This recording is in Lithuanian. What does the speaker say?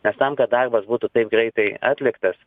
nes tam kad darbas būtų taip greitai atliktas